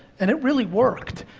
and it really worked.